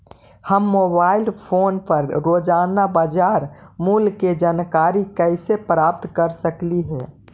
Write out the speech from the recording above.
हम mobile phone पर रोजाना बाजार मूल्य के जानकारी कैसे प्राप्त कर सकली हे?